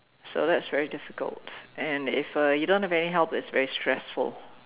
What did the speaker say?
so that's very difficult and if uh you don't have any help that's very stressful